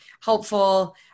helpful